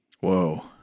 Whoa